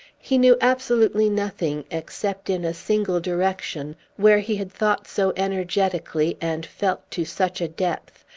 he knew absolutely nothing, except in a single direction, where he had thought so energetically, and felt to such a depth,